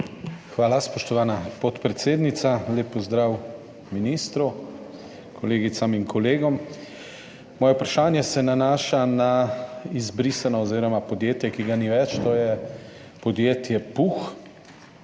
Hvala, spoštovana podpredsednica. Lep pozdrav ministru, kolegicam in kolegom! Moje vprašanje se nanaša na izbrisano podjetje oziroma podjetje, ki ga ni več, to je podjetje Puh,